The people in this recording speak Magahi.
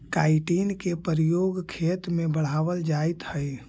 काईटिन के प्रयोग खेत में बढ़ावल जाइत हई